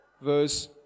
verse